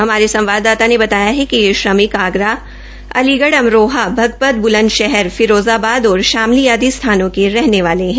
हमारे संवाददाता ने बताया कि एक श्रमिक आगरा अलीगढ़ अमरोहा भगपत बुलंदशहर फिरोजाबाद और शामली आदि स्थानों के रहने वाले हैं